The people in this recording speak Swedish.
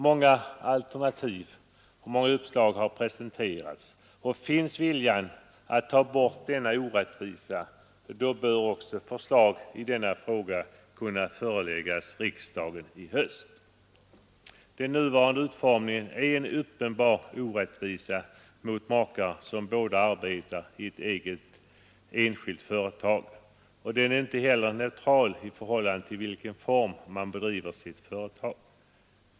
Många alternativ och uppslag har presenterats, och finns viljan att ta bort denna orättvisa bör förslag i frågan kunna föreläggas riksdagen i höst. Den nuvarande utformningen är en uppenbar orättvisa mot makar som båda arbetar i ett eget enskilt företag, och den är inte heller neutral i förhållande till i vilken form man bedriver sitt företag.